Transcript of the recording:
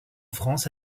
france